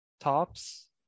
tops